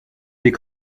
des